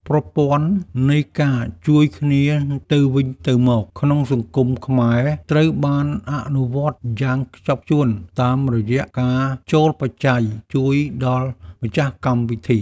ប្រព័ន្ធនៃការជួយគ្នាទៅវិញទៅមកក្នុងសង្គមខ្មែរត្រូវបានអនុវត្តយ៉ាងខ្ជាប់ខ្ជួនតាមរយៈការចូលបច្ច័យជួយដល់ម្ចាស់កម្មវិធី។